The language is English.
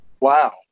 wow